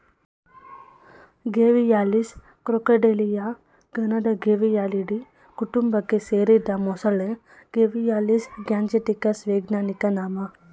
Gavialis ಕ್ರಾಕೊಡಿಲಿಯ ಗಣದ ಗೇವಿಯಾಲಿಡೀ ಕುಟುಂಬಕ್ಕೆ ಸೇರಿದ ಮೊಸಳೆ ಗೇವಿಯಾಲಿಸ್ ಗ್ಯಾಂಜೆಟಿಕಸ್ ವೈಜ್ಞಾನಿಕ ನಾಮ